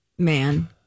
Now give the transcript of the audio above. Man